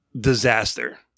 disaster